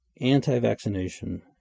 anti-vaccination